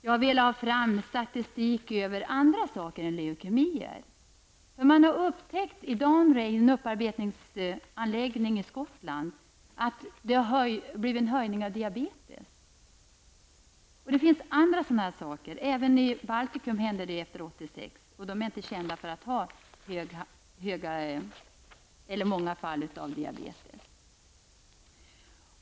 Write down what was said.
Jag vill ha fram statistik över andra saker än leukemier. I en upparbetningsanläggning i Skottland har man upptäckt en ökning av diabetesfallen. Det finns andra sådana saker. Även i Baltikum hände det efter 1986, och Baltikum är inte känt för att ha många fall av diabetes.